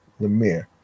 Lemire